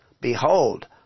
behold